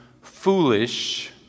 foolish